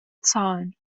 zahlen